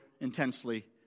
intensely